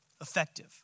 effective